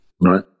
right